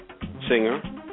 singer